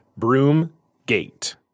Broomgate